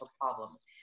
problems